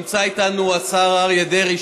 נמצא איתנו השר אריה דרעי,